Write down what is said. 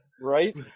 Right